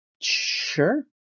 sure